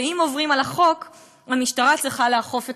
ואם עוברים על החוק המשטרה צריכה לאכוף את